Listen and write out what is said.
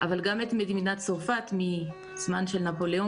אבל גם את מדינת צרפת מהזמן של נפוליאון